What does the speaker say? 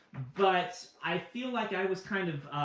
but i feel like i was kind of,